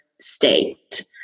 state